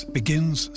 begins